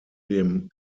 dem